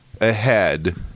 ahead